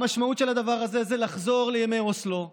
המשמעות של הדבר הזה היא לחזור לימי אוסלו,